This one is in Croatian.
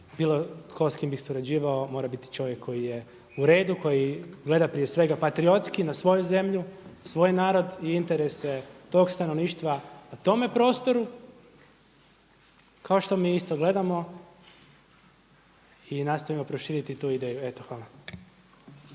bilo tko s kim bih surađivao mora biti čovjek koji je u redu, koji gleda prije svega patriotski na svoju zemlju, na svoj narod i interese tog stanovništva na tome prostoru kao što mi isto gledamo i nastojimo proširiti tu ideju. Eto hvala.